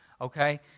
Okay